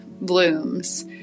blooms